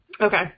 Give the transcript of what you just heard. Okay